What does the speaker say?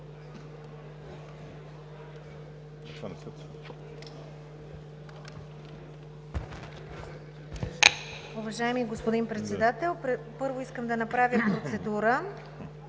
Уважаеми господин Председател, първо искам да направя процедура.